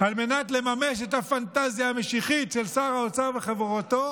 על מנת לממש את הפנטזיה המשיחית של שר האוצר וחבורתו?